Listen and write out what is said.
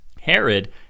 Herod